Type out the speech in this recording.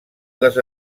les